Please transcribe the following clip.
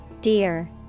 Dear